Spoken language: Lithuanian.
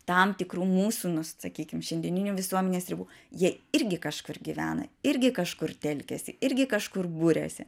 tam tikrų mūsų nu sakykim šiandieninių visuomenės ribų jie irgi kažkur gyvena irgi kažkur telkiasi irgi kažkur buriasi